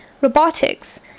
robotics